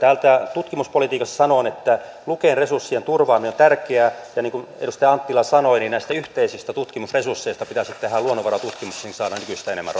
tutkimuspolitiikasta sanon että luken resurssien turvaaminen on tärkeää ja niin kuin edustaja anttila sanoi näistä yhteisistä tutkimusresursseista pitäisi tehdä luonnonvaratutkimus niin että saadaan nykyistä enemmän